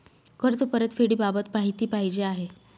कर्ज परतफेडीबाबत माहिती पाहिजे आहे